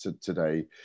today